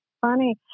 funny